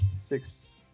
six